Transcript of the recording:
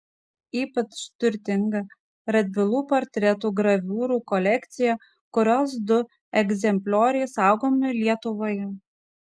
ypač turtinga radvilų portretų graviūrų kolekcija kurios du egzemplioriai saugomi lietuvoje